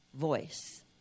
voice